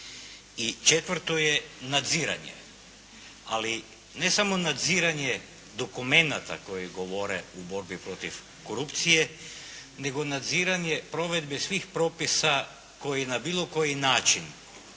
četvrto je nadziranje, ali ne samo nadziranje dokumenata koji govore o borbi protiv korupcije nego nadziranje provedbe svih propisa koji na bilo koji način